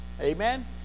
amen